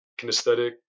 kinesthetic